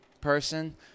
person